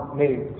made